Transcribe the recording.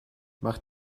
mach